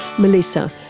melissa,